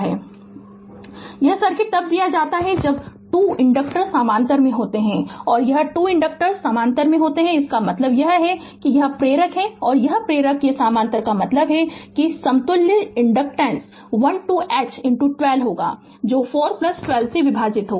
Refer Slide Time 2741 यह circuit तब दिया जाता है जब 2 इंडक्टर्स समानांतर में होते हैं और ये 2 इंडिकेटर्स समानांतर में होते हैं इसका मतलब यह है कि यह प्रेरक और यह प्रेरक ये समानांतर का मतलब है कि समतुल्य इनडकटेंस 12 H 12 होगा जो 4 प्लस 12 से विभाजित होगा